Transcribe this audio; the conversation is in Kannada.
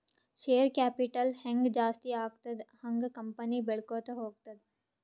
ಶೇರ್ ಕ್ಯಾಪಿಟಲ್ ಹ್ಯಾಂಗ್ ಜಾಸ್ತಿ ಆಗ್ತದ ಹಂಗ್ ಕಂಪನಿ ಬೆಳ್ಕೋತ ಹೋಗ್ತದ